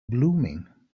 blooming